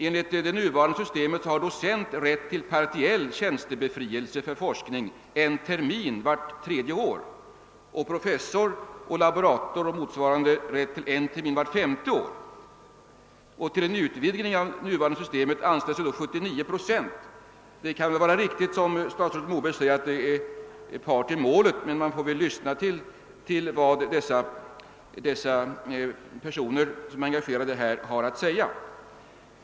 Enligt det nuvarande systemet har docent rätt till partiell tjänstebefrielse för forskning en termin vart tredje år, och professor och laborator har rätt till motsvarande under en termin vart femte år. Till förslag om en utvidgning av det nuvarande systemet anslöt sig 79 procent. Det kan vara riktigt som statsrådet Moberg säger att de som har uttalat sig är part i målet, men man får väl lyssna till vad de personer som är engagerade har att säga.